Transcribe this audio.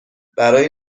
برای